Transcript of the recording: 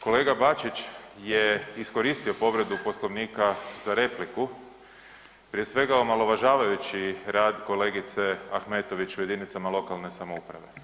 Kolega Bačić je iskoristio povredu Poslovnika za repliku, prije svega, omalovažavajući rad kolegice Ahmetović u jedinicama lokalne samouprave.